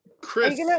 Chris